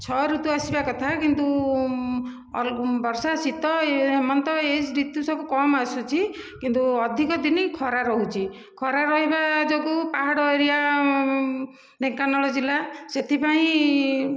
ଛଅ ଋତୁ ଆସିବା କଥା କିନ୍ତୁ ବର୍ଷା ଶୀତ ହେମନ୍ତ ଏଇ ଋତୁ ସବୁ କମ୍ ଆସୁଛି କିନ୍ତୁ ଅଧିକ ଦିନ ଖରା ରହୁଛି ଖରା ରହିବା ଯୋଗୁଁ ପାହାଡ଼ ଏରିଆ ଢେଙ୍କାନାଳ ଜିଲ୍ଲା ସେଥିପାଇଁ